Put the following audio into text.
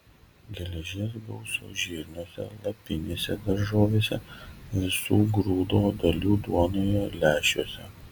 geležies gausu žirniuose lapinėse daržovėse visų grūdo dalių duonoje lęšiuose